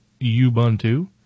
Ubuntu